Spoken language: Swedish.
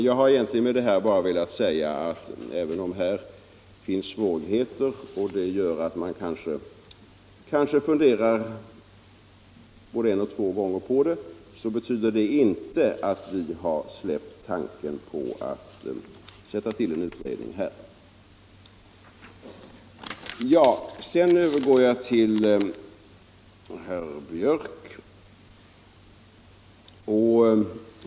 Jag har med detta egentligen bara velat säga att även om här finns svårigheter som gör att man kanske funderar både en och två gånger innan man handlar, så betyder det inte att vi har släppt tanken på att sätta till en utredning. Sedan vänder jag mig till herr Björck i Nässjö.